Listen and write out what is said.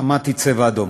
שמעתי: "צבע אדום".